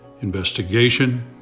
investigation